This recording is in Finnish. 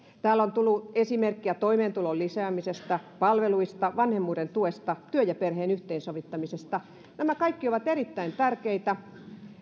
täällä on tullut esimerkkejä toimeentulon lisäämisestä palveluista vanhemmuuden tuesta työn ja perheen yhteensovittamisesta nämä kaikki ovat erittäin tärkeitä